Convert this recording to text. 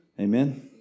Amen